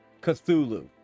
Cthulhu